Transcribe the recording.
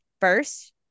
first